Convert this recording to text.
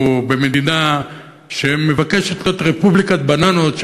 הוא במדינה שמבקשת להיות רפובליקת בננות,